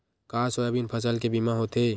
का सोयाबीन फसल के बीमा होथे?